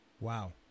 wow